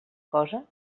cosa